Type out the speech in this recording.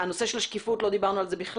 נושא השקיפות לא דיברנו על זה בכלל,